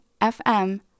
FM